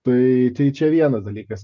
tai tai čia vienas dalykas